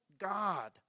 God